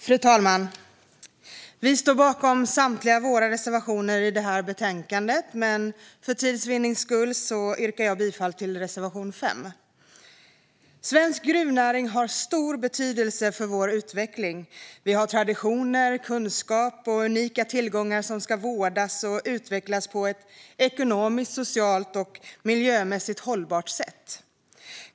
Fru talman! Vi står bakom samtliga våra reservationer i detta betänkande, men för tids vinning yrkar jag bifall endast till reservation 5. Svensk gruvnäring har stor betydelse för vår utveckling. Vi har traditioner, kunskap och unika tillgångar som ska vårdas och utvecklas på ett ekonomiskt, socialt och miljömässigt hållbart sätt.